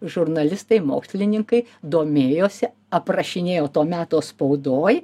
žurnalistai mokslininkai domėjosi aprašinėjo to meto spaudoj